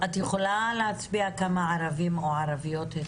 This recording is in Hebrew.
את יכולה לומר כמה מתוך ה-3,000 הם ערבים או ערביות?